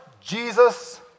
Jesus